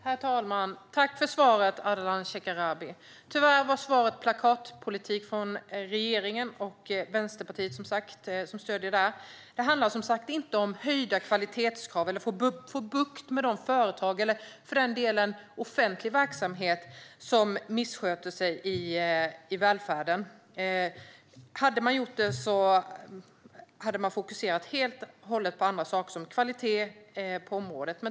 Herr talman! Tack för svaret, Ardalan Shekarabi! Tyvärr var svaret plakatpolitik från regeringen och Vänsterpartiet, som stöder detta. Det här handlar inte om höjda kvalitetskrav eller att få bukt med företag, eller för den delen offentlig verksamhet, som missköter sig i välfärden. Hade det varit så hade man fokuserat helt och hållet på andra saker, exempelvis kvalitet på området.